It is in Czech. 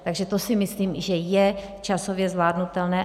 Takže to si myslím, že je časově zvládnutelné.